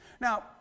Now